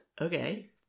Okay